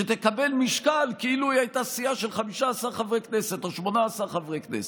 שתקבל משקל כאילו הייתה סיעה של 15 חברי כנסת או 18 חברי כנסת.